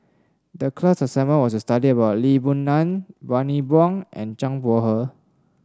the class assignment was to study about Lee Boon Ngan Bani Buang and Zhang Bohe